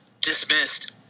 dismissed